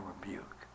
rebuke